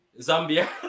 zambia